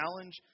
challenge